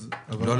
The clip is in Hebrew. אז --- לא,